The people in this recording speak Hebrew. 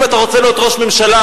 אם אתה רוצה להיות ראש ממשלה,